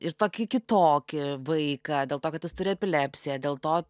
ir tokį kitokį vaiką dėl to kad jis turi epilepsiją dėl to